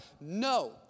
No